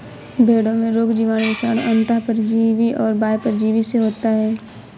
भेंड़ों में रोग जीवाणु, विषाणु, अन्तः परजीवी और बाह्य परजीवी से होता है